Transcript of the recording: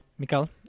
Mikal